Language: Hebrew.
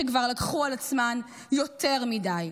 שכבר לקחו על עצמן יותר מדי.